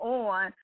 on